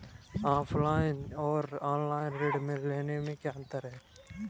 Offline और online ऋण लेने में क्या अंतर है?